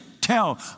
tell